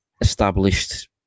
established